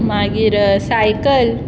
मागीर सायकल